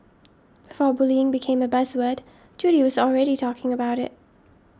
for bullying became a buzz word Judy was already talking about it